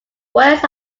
wires